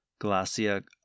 Glacia